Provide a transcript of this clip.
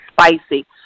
spicy